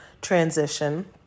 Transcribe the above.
transition